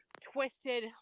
twisted